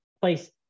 place